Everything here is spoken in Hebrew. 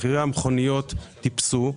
מחירי המכוניות טיפסו.